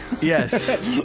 Yes